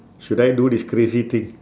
should I do this crazy thing